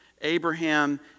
Abraham